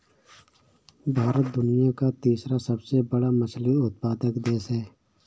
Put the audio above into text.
भारत दुनिया का तीसरा सबसे बड़ा मछली उत्पादक देश है